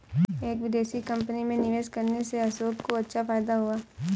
एक विदेशी कंपनी में निवेश करने से अशोक को अच्छा फायदा हुआ